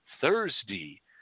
Thursday